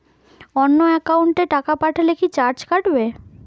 অন্য একাউন্টে টাকা পাঠালে কি চার্জ কাটবে?